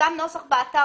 פורסם נוסח באתר.